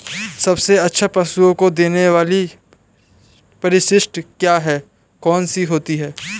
सबसे अच्छा पशुओं को देने वाली परिशिष्ट क्या है? कौन सी होती है?